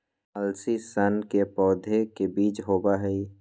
अलसी सन के पौधे के बीज होबा हई